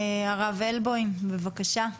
הרב אלבוים, בבקשה.